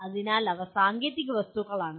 അതിനാൽ അവ സാങ്കേതിക വസ്തുക്കളാണ്